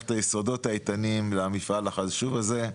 את היסודות האיתנים למפעל החשוב הזה.